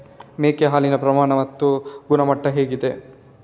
ಮೇಕೆ ಹಾಲಿನ ಪ್ರಮಾಣ ಮತ್ತು ಗುಣಮಟ್ಟ ಹೇಗಿದೆ?